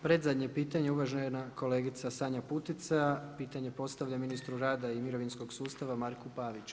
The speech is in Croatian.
Predzadnje pitanje, uvažena kolegica Sanja Putica pitanje postavlja ministru rada i mirovinskog sustava Marku Paviću.